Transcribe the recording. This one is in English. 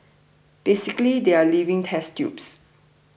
basically they are living test tubes